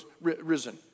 risen